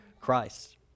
Christ